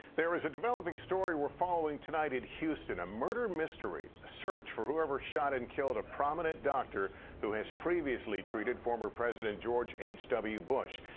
there is a developing story we're following in houston. a murder mystery, a search for whoever shot and killed a prominent doctor who has previously treated former president george h w. bush.